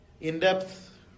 in-depth